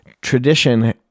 Tradition